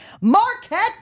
Marquette